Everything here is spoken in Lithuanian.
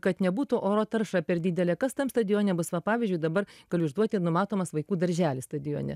kad nebūtų oro tarša per didelė kas tam stadione bus va pavyzdžiui dabar galiu išduoti numatomas vaikų darželis stadione